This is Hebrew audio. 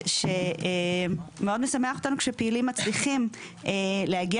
שמאוד משמח אותנו כשפעילים מצליחים להגיע